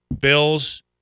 Bills